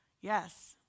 yes